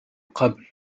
قبل